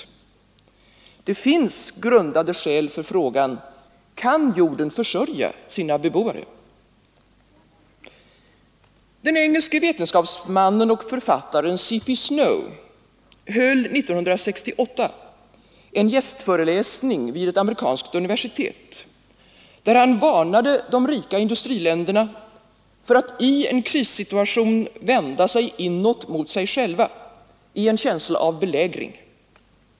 Det finns grundade skäl för frågan: Kan jorden försörja sina bebyggare? Den engelske vetenskapsmannen och författaren C. P. Snow höll 1968 en gästföreläsning vid ett amerikanskt universitet, där han varnade de rika industriländerna för att i en krissituation vända sig inåt mot sig själva, i en känsla av belägring.